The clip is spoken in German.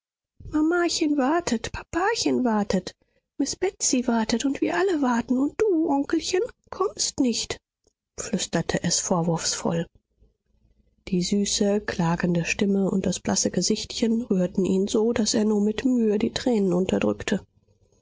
mamachen wartet papachen wartet miß betsy wartet und wir alle warten und du onkelchen kommst nicht flüsterte es vorwurfsvoll die süße klagende stimme und das blasse gesichtchen rührten ihn so daß er nur mit mühe die tränen unterdrückte